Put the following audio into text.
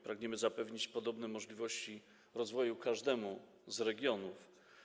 Pragniemy zapewnić podobne możliwości rozwoju każdemu z regionów.